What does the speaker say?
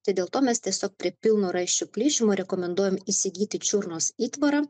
tai dėl to mes tiesiog prie pilno raiščių plyšimo rekomenduojam įsigyti čiurnos įtvarą